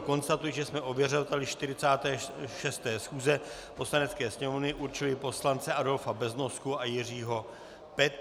Konstatuji, že jsme ověřovateli 46. schůze Poslanecké sněmovny určili poslance Adolfa Beznosku a Jiřího Petrů.